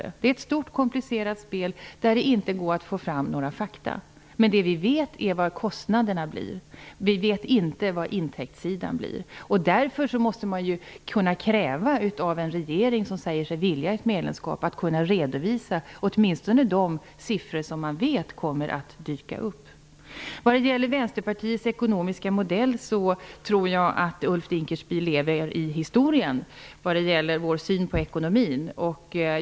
Det handlar om ett stort, komplicerat spel där det inte går att få fram några fakta. Vi vet vad kostnaderna blir. Men vi vet inte vad intäkterna blir. Därför måste man kunna kräva av en regering som säger sig vilja ha ett medlemskap att den redovisar åtminstone de siffror som man vet kommer att dyka upp. Vad gäller Vänsterpartiets syn på ekonomin tror jag att Ulf Dinkelspiel lever i historien.